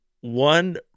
one